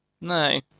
No